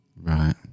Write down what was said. Right